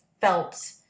felt